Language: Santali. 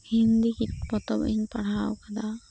ᱦᱤᱱᱫᱤ ᱠᱤ ᱯᱚᱛᱚᱵ ᱤᱧ ᱯᱟᱲᱦᱟᱣ ᱠᱟᱫᱟ